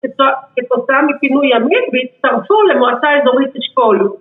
‫כתוצאה מפינוי ימית ‫והתצטרפו למועצה אזורית אשכול.